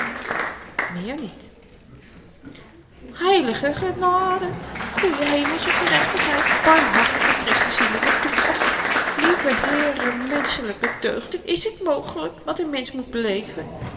meer niet heilige genade goeie hemelsche gerechtigheid barmhartige christenzielen nog toe och lieveheeremenschelyke deugd is t mogelyk wat n mensch moet beleven